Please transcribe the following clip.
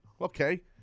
Okay